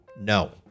no